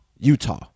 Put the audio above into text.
Utah